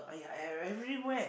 !aiya! e~ everywhere